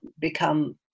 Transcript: become